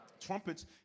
Trumpets